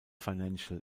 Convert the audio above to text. financial